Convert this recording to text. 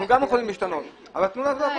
אנחנו גם יכולים להשתנות אבל תנו לנו לעשות